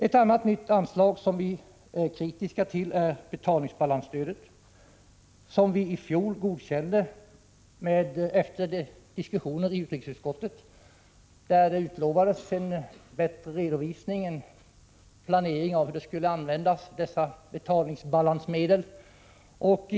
Ett annat nytt anslag som vi är kritiska till är betalningsbalansstödet, som vi i fjol godkände efter diskussioner i utrikesutskottet, då det utlovades en bättre redovisning av och planering för hur dessa betalningsbalansmedel används.